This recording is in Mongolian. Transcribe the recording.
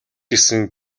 гэсэн